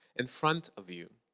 in front of you,